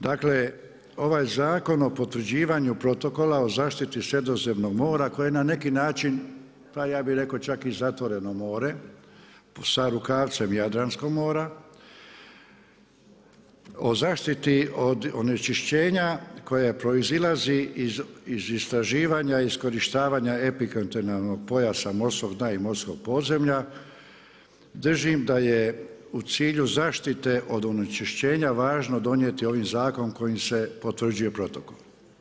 Dakle ovaj Zakon o potvrđivanju protokola o zaštiti Sredozemnog mora koje na neki način pa ja bih rekao čak i zatvoreno mora sa rukavcem Jadranskog mora, o zaštiti od onečišćenja koje proizilazi iz istraživanja, iskorištavanja epikontinentalnog pojasa morskog dna i morskog podzemlja, držim da je u cilju zaštite od onečišćenja važno donijeti ovaj zakon kojim se potvrđuje protokol.